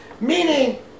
Meaning